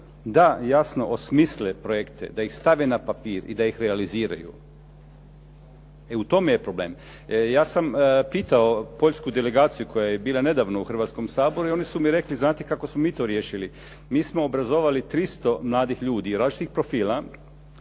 da jasno osmisle projekte, da ih stave na papir i da ih realiziraju. U tome je problem. Ja sam pitao poljsku delegaciju koja je bila nedavno u Hrvatskom saboru i oni su mi rekli znate kako smo mi to riješili, mi smo obrazovali 300 mladih ljudi različitih profila